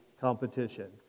competition